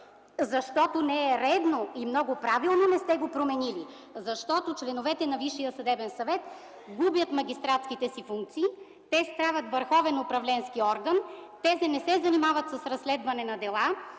Защото не е редно! И много правилно не сте го променили, защото членовете на Висшия съдебен съвет губят магистратските си функции, те стават върховен управленски орган, да не се занимават с разследване на дела